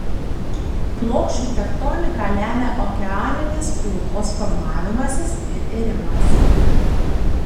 plokščių tektoniką lemia okeaninės plutos formavimasis ir irimas